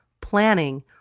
planning